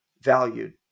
valued